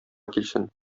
килсен